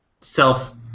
self